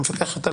המפקחת על